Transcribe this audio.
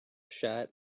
shut